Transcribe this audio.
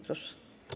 Proszę.